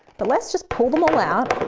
but let's just pull them all out.